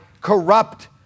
corrupt